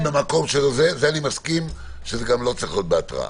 במקום זה אני מסכים שגם לא צריך להיות בהתראה.